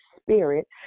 spirit